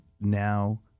now